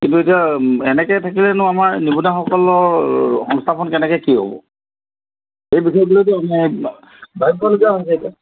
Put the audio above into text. কিন্তু এতিয়া এনেকে থাকিলেনো আমাৰ নিৱনুৱাসকলৰ সংস্থাপন কেনেকে কি হ'ব সেই বিষয়েতো মানে ভাবিবলগীয়া হৈছে